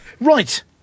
Right